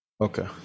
Okay